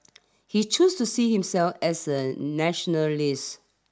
he choose to see himself as a nationalist